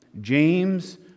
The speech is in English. James